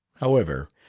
however,